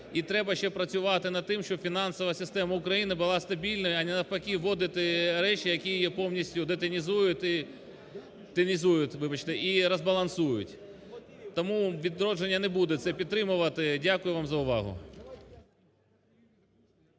І треба ще працювати над тим, щоб фінансова система України була стабільною, а не навпаки вводити речі, які її повністю детінізують, тінізують, вибачте, і розбалансують. Тому "Відродження" не буде це підтримувати. Дякую вам за увагу.